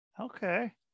Okay